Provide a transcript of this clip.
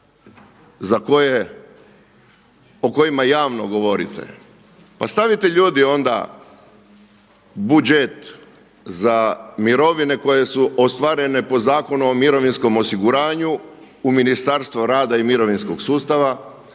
reforme o kojima javno govorite, pa stavite, ljudi, onda budžet za mirovine koje su ostvarene po Zakonu o mirovinskom osiguranju u Ministarstvo rada i mirovinskog sustava,